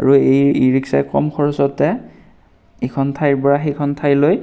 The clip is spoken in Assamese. আৰু এই ই ৰিক্সাই কম খৰচতে ইখন ঠাইৰ পৰা সিখন ঠাইলৈ